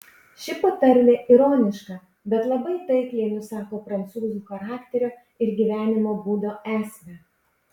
ši patarlė ironiška bet labai taikliai nusako prancūzų charakterio ir gyvenimo būdo esmę